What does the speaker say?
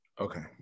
Okay